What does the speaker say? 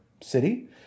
city